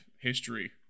history